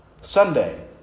Sunday